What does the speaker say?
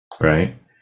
right